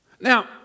Now